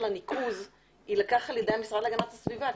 הניקוז יילקח על ידי המשרד להגנת הסביבה.